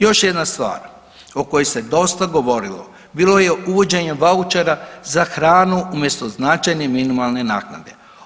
Još jedna stvar o kojoj se dosta govorilo bilo je uvođenje vaučera za hranu umjesto značajne minimalne naknade.